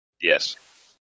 Yes